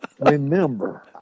remember